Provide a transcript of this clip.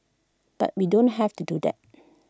but we don't have to do that